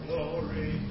Glory